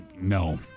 No